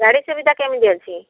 ଗାଡ଼ି ସୁବିଧା କେମିତି ଅଛି